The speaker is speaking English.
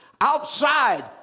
outside